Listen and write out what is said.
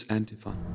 Antiphon